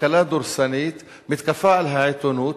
כלכלה דורסנית, מתקפה על העיתונות,